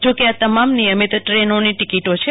જો કે આ તમામ નિયમિત ટ્રેનોની ટિકિટો છે